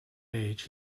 age